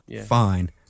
fine